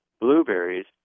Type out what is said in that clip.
blueberries